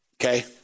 Okay